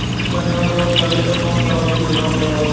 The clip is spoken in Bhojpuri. गन्ना में रोग लगले पर कवन दवा के छिड़काव होला?